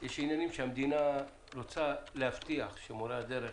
עניינים שהמדינה רוצה להבטיח שמורי הדרך